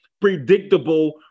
predictable